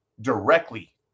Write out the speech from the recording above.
directly